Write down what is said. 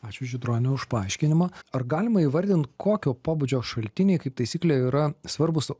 ačiū žydrone už paaiškinimą ar galima įvardint kokio pobūdžio šaltiniai kaip taisyklė yra svarbūs